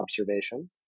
observation